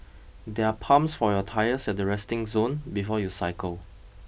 there are pumps for your tyres at the resting zone before you cycle